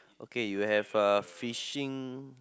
okay you have a fishing